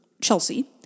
Chelsea